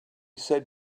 said